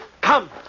Come